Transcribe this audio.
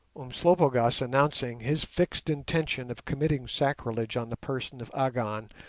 umslopogaas announcing his fixed intention of committing sacrilege on the person of agon,